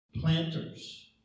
planters